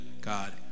God